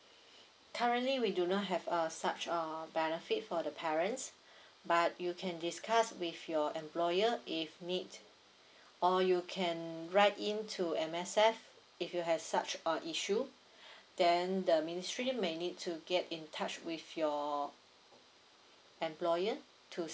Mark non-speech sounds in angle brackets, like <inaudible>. currently we do not have uh such a benefit for the parents but you can discuss with your employer if need or you can write in to M_S_F if you have such a issue <breath> then the ministry may need to get in touch with your employer to